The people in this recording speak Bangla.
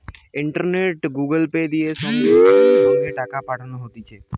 ইন্টারনেটে গুগল পে, দিয়ে সঙ্গে সঙ্গে টাকা পাঠানো হতিছে